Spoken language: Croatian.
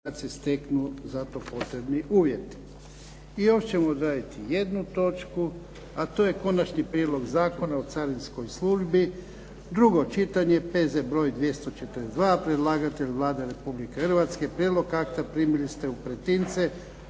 **Jarnjak, Ivan (HDZ)** I još ćemo obraditi jednu točku, a to je - Konačni prijedlog zakona o carinskoj službi, drugo čitanje, P.Z. br. 242 Predlagatelj je Vlada Republike Hrvatske. Prijedlog akta primili ste u pretince.